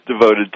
devoted